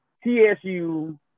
TSU